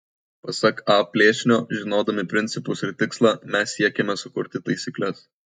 pasak a plėšnio žinodami principus ir tikslą mes siekiame sukurti taisykles